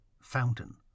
Fountain